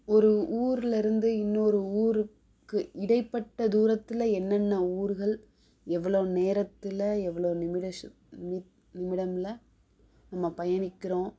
ஒரு ஊரில் இருந்து இன்னொரு ஊருக்கு இடைப்பட்ட தூரத்தில் என்னென்ன ஊருகள் எவ்வளோ நேரத்தில் எவ்வளோ நிமிஷன் நிமி நிமிடமில் நம்ம பயணிக்கின்றோம்